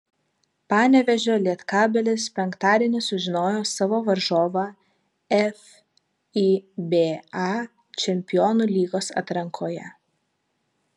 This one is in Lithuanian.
panevėžio lietkabelis penktadienį sužinojo savo varžovą fiba čempionų lygos atrankoje